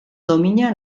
domina